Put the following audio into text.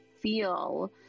feel